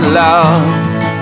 lost